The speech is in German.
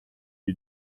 die